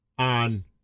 on